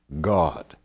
God